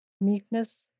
meekness